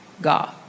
God